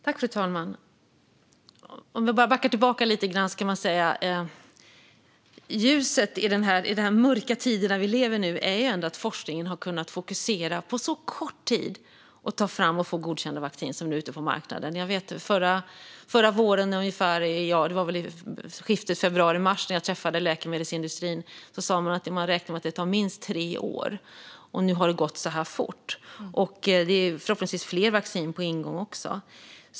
Fru talman! Låt mig backa tillbaka lite grann och säga att ljuset i de mörka tider vi lever i nu ändå är att forskningen har kunnat fokusera på så kort tid och ta fram och få godkända vaccin som nu är ute på marknaden. Förra våren, ungefär vid skiftet februari mars, när jag träffade läkemedelsindustrin sa man att man räknade med att det tar minst tre år, och nu har det gått så här fort. Och det är förhoppningsvis också fler vacciner på ingång.